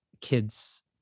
kids